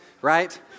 Right